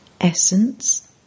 Essence